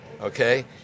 okay